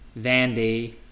Vandy